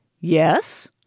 Yes